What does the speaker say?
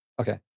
Okay